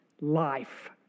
Life